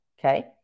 Okay